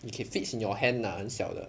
it can fit in your hand lah 很小的